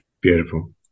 beautiful